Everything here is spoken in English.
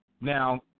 now